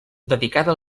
dedicada